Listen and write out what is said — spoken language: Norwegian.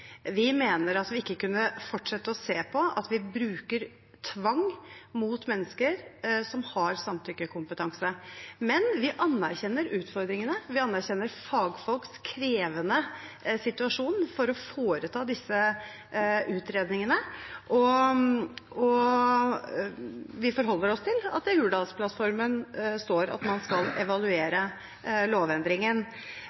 Vi mener at vi ikke kunne fortsette å se på at vi bruker tvang mot mennesker som har samtykkekompetanse. Men vi anerkjenner utfordringene. Vi anerkjenner fagfolks krevende situasjon med å foreta disse utredningene, og vi forholder oss til at det i Hurdalsplattformen står at man skal evaluere